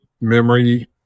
memory